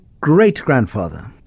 great-grandfather